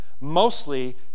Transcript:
mostly